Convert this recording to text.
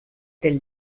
del